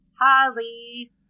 Holly